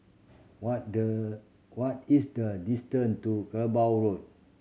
what the what is the distance to Kerbau Road